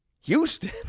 Houston